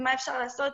מה אפשר לעשות,